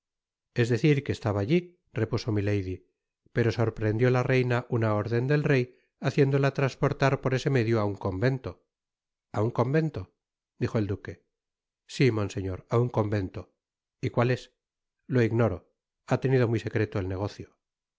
es decir que estaba allí repuso milady pero sorprendió la reina una órden del rey haciéndola transportar por ese medio á un convento a un convento dijo et duque si monseñor á un convento y cuál es lo ignoro han tenido muy secreto el negocio